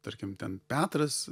tarkim ten petras